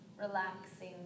relaxing